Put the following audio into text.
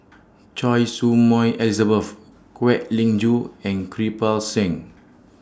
Choy Su Moi Kwek Leng Joo and Kirpal Singh